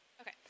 okay